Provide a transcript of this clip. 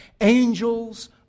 Angels